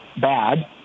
bad